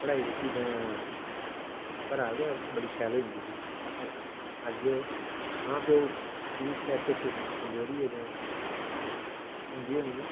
पढ़ाई जेहकी तां घरा के बड़ी शैल होई जंदी ही पर अज्ज मां प्यो दी बी शर्त कमजोरी ऐ जां किश तंगी होनी ऐ